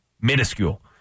minuscule